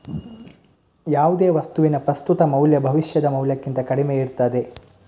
ಯಾವುದೇ ವಸ್ತುವಿನ ಪ್ರಸ್ತುತ ಮೌಲ್ಯ ಭವಿಷ್ಯದ ಮೌಲ್ಯಕ್ಕಿಂತ ಕಡಿಮೆ ಇರ್ತದೆ